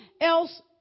else